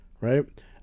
right